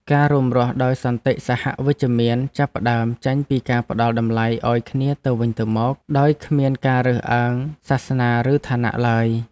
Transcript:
ការរួមរស់ដោយសន្តិសហវិជ្ជមានចាប់ផ្តើមចេញពីការផ្តល់តម្លៃឱ្យគ្នាទៅវិញទៅមកដោយគ្មានការរើសអើងសាសនាឬឋានៈឡើយ។